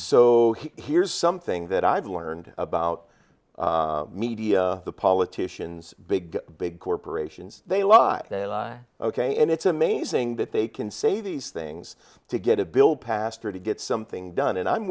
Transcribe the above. so here's something that i've learned about media politicians big big corporations they lie a lie ok and it's amazing that they can say these things to get a bill passed or to get something done and i'm